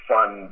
Fund